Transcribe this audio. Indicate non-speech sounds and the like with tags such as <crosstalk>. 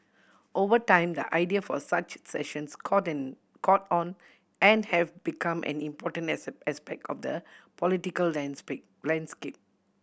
over time the idea for such sessions caught in caught on and have become an important <unintelligible> aspect of the political <unintelligible> landscape